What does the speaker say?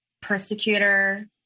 persecutor